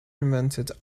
invented